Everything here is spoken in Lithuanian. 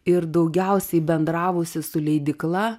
ir daugiausiai bendravusi su leidykla